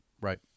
Right